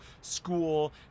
school